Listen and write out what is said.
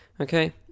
Okay